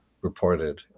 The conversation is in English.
reported